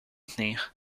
tenir